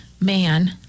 man